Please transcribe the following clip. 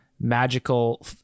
magical